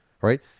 right